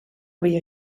havia